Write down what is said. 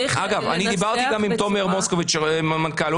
אגב, אני דיברתי גם עם תומר מוסקוביץ', המנכ"ל.